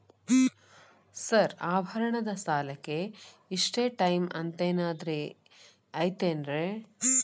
Sir ಆಭರಣದ ಸಾಲಕ್ಕೆ ಇಷ್ಟೇ ಟೈಮ್ ಅಂತೆನಾದ್ರಿ ಐತೇನ್ರೇ?